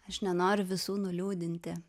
aš nenoriu visų nuliūdinti